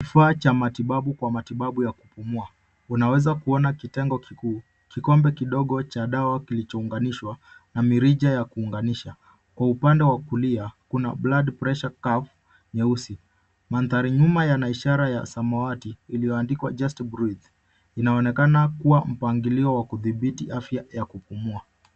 Kifaa cha matibabu kwa matibabu ya kupumua. Unaweza kuona kitengo kikuu, kikombe kidogo cha dawa kilichounganishwa na mirija ya kuunganisha. Kwa upande wa kulia, kuna blood pressure cuff nyeusi. Mandhari nyuma yana ishara ya samawati iliyoandikwa just breathe , inaonekana kuwa mpangilio wa kudhibiti afya ya kupumua.